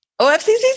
OFC